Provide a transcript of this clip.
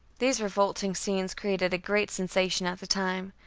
these revolting scenes created a great sensation at the time,